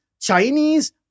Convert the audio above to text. Chinese